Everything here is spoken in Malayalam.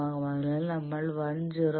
അതിനാൽ നമ്മൾ 1 0